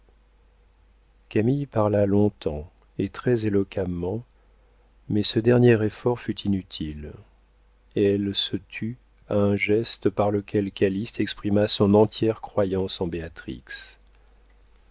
camille parla longtemps et très éloquemment mais ce dernier effort fut inutile elle se tut à un geste par lequel calyste exprima son entière croyance en